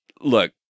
Look